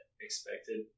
Expected